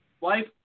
life